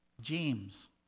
James